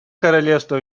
королевства